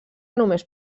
només